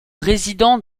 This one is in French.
résidents